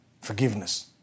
Forgiveness